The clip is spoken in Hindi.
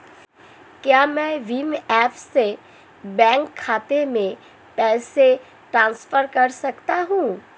क्या मैं भीम ऐप से बैंक खाते में पैसे ट्रांसफर कर सकता हूँ?